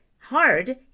hard